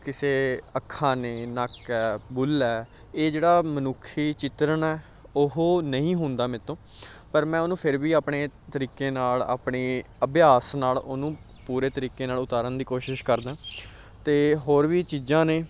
ਕਿਸੇ ਅੱਖਾਂ ਨੇ ਨੱਕ ਬੁੱਲ ਹੈ ਇਹ ਜਿਹੜਾ ਮਨੁੱਖੀ ਚਿਤਰਣ ਆ ਉਹ ਨਹੀਂ ਹੁੰਦਾ ਮੇਰੇ ਤੋਂ ਪਰ ਮੈਂ ਉਹਨੂੰ ਫਿਰ ਵੀ ਆਪਣੇ ਤਰੀਕੇ ਨਾਲ ਆਪਣੀ ਅਭਿਆਸ ਨਾਲ ਉਹਨੂੰ ਪੂਰੇ ਤਰੀਕੇ ਨਾਲ ਉਤਾਰਨ ਦੀ ਕੋਸ਼ਿਸ਼ ਕਰਦਾ ਅਤੇ ਹੋਰ ਵੀ ਚੀਜ਼ਾਂ ਨੇ